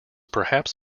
perhaps